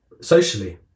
socially